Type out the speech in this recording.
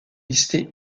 listées